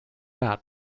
not